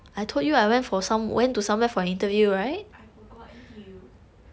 I forgot N_T_U